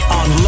on